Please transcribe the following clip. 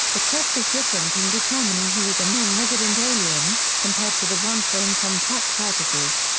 the test is different in determining who is a non-resident alien, compared to the one for income tax purposes.